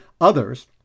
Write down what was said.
others